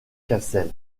cassel